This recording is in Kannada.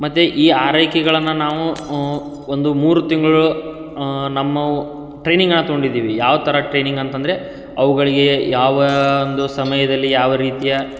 ಮತ್ತು ಈ ಆರೈಕೆಗಳನ್ನು ನಾವು ಒಂದು ಮೂರು ತಿಂಗಳು ನಮ್ಮವು ಟ್ರೈನಿಂಗನ್ನ ತಗೊಂಡಿದ್ದೀವಿ ಯಾವ ಥರ ಟ್ರೈನಿಂಗ್ ಅಂತ ಅಂದರೆ ಅವುಗಳಿಗೆ ಯಾವ ಒಂದು ಸಮಯದಲ್ಲಿ ಯಾವ ರೀತಿಯ